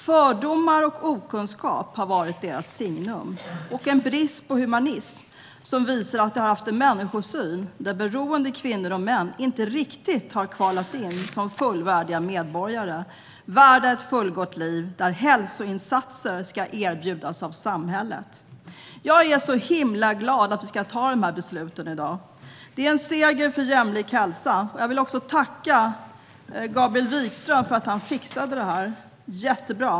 Fördomar och okunskap har varit deras signum, liksom en brist på humanism som visar att de har haft en människosyn där beroende kvinnor och män inte riktigt har kvalat in som fullvärdiga medborgare värda ett fullgott liv, där hälsoinsatser ska erbjudas av samhället. Jag är så himla glad att vi ska ta de här besluten i dag. Det är en seger för jämlik hälsa. Jag vill tacka Gabriel Wikström för att han fixade detta - jättebra!